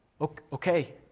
Okay